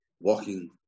Walking